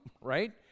right